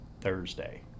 Thursday